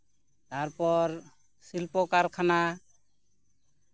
ᱛᱟᱨᱯᱚᱨ ᱥᱤᱞᱯᱚ ᱠᱟᱨᱠᱷᱟᱱᱟ